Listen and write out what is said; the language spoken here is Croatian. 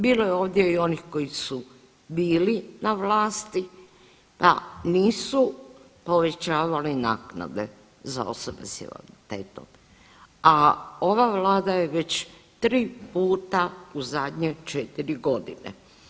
Bilo je ovdje i onih koji su bili na vlasti pa nisu povećavali naknade za osobe s invaliditetom, a ova Vlada je već 3 puta u zadnje 4 godine.